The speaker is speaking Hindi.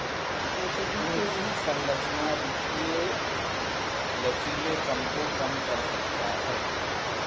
पूंजी संरचना वित्तीय लचीलेपन को कम कर सकता है